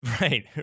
Right